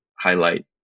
highlight